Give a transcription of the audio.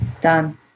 Done